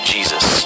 Jesus